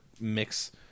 mix